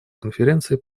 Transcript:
конференции